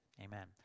Amen